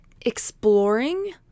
exploring